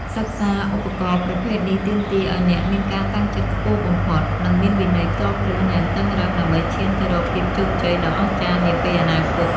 សិក្សាឧបករណ៍ប្រភេទនេះទាមទារឱ្យអ្នកមានការតាំងចិត្តខ្ពស់បំផុត និងមានវិន័យផ្ទាល់ខ្លួនយ៉ាងតឹងរ៉ឹងដើម្បីឈានទៅរកភាពជោគជ័យដ៏អស្ចារ្យនាពេលអនាគត។